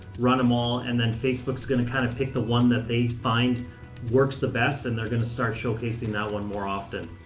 run them all, and then facebook's going to kind of pick the one that they find works the best, and they're going to start showcasing that one more often.